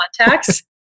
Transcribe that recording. contacts